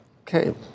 Okay